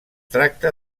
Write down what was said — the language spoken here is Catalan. tracta